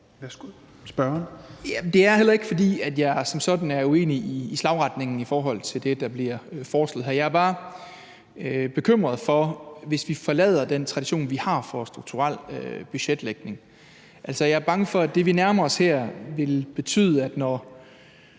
det er heller ikke, fordi jeg som sådan er uenig i slagretningen i forhold til det, der bliver foreslået. Jeg er bare bekymret for, at vi forlader den tradition, vi har, for strukturel budgetlægning; altså, jeg er bange for, at det, vi nærmer os her, vil betyde, at når